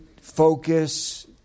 focus